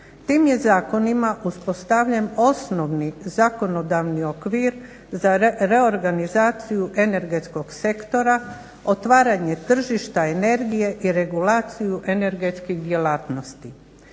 Tim je zakonima uspostavljen osnovni zakonodavni okvir za reorganizaciju energetskog sektora, otvaranje tržišta energije i regulaciju energetskih djelatnosti.